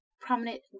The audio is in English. prominent